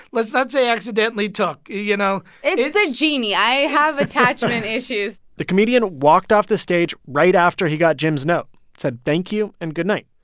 let's not say accidentally took. you know, it's. it's the genie. i have attachment issues the comedian walked off the stage right after he got jim's note, said thank you and goodnight.